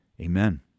Amen